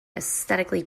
aesthetically